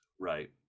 right